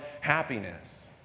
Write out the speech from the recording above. happiness